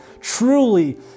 truly